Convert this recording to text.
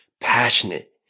passionate